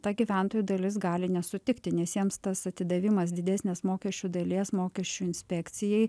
ta gyventojų dalis gali nesutikti nes jiems tas atidavimas didesnės mokesčių dalies mokesčių inspekcijai